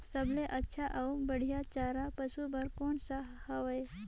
सबले अच्छा अउ बढ़िया चारा पशु बर कोन सा हवय?